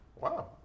Wow